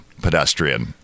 pedestrian